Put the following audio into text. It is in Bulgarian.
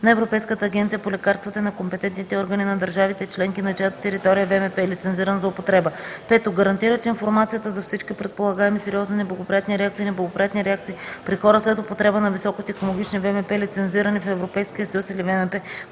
на Европейската агенция по лекарствата и на компетентните органи на държавите членки, на чиято територия ВМП е лицензиран за употреба; 5. гарантира, че информацията за всички предполагаеми сериозни неблагоприятни реакции и неблагоприятни реакции при хора след употреба на високотехнологични ВМП, лицензирани в Европейския съюз или ВМП,